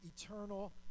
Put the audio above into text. eternal